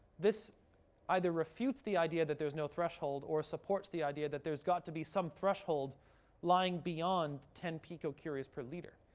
this either refutes the idea that there is no threshold or supports the idea that there's got to be some threshold lying beyond ten picocuries per liter.